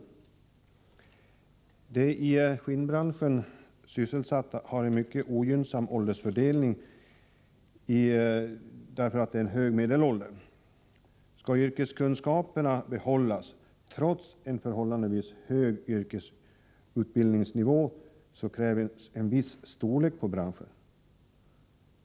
Åldersfördelningen bland dem som är sysselsatta inom skinnbranschen är på grund av hög medelålder mycket ogynnsam. Skall yrkeskunskaperna behållas krävs — trots en förhållandevis hög yrkesutbildningsnivå — en viss storlek på branschen.